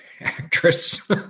actress